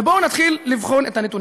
בואו נתחיל לבחון את הנתונים.